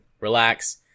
relax